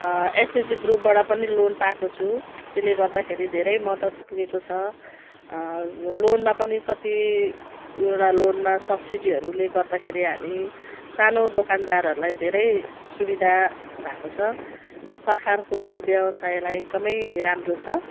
एसएजजी ग्रुपबाट पनि लोन पाएको छु त्यसले गर्दाखेरि धेरै मदत पुगेको छ लोनमा पनि कतिवटा लोनमा सब्सिडीहरूले गर्दाखेरि हामी सानो दोकानदारहरूलाई धेरै सुविधा भएको छ सरकारको यो व्यवसायलाई एकदमै राम्रो छ